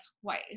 twice